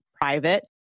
private